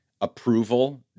approval